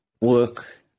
work